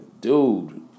dude